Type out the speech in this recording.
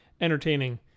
entertaining